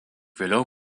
vėliau